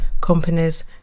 companies